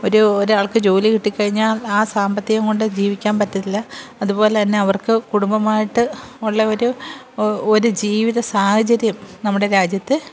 ഒരു ഒരാൾക്ക് ജോലി കിട്ടിക്കഴിഞ്ഞാൽ ആ സാമ്പത്തികംകൊണ്ട് ജീവിക്കാൻ പറ്റത്തില്ല അതുപോലെത്തന്നെ അവർക്ക് കുടുംബമായിട്ട് ഉള്ള ഒരു ഒരു ജീവിതസാഹചര്യം നമ്മുടെ രാജ്യത്ത്